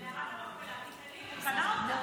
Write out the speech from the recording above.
מערת המכפלה כי הוא קנה אותה.